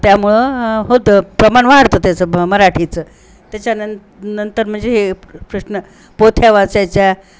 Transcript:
त्यामुळं होतं प्रमाण वाढतं त्याचं ब मराठीचं त्याच्यान नंतर म्हणजे हे कृष्ण पोथ्या वाचायच्या